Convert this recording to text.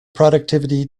productivity